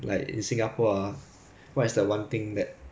one thing that I wish is free in singapore ah